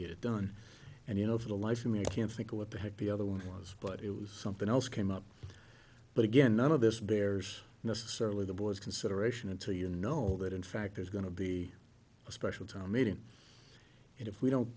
get it done and you know for the life of me i can't think what the heck the other one was but it was something else came up but again none of this bears necessarily the boys consideration until you know that in fact there's going to be a special town meeting and if we don't